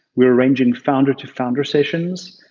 we're arranging founder to founder sessions.